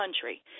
country